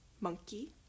monkey